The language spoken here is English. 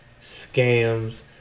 scams